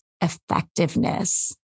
effectiveness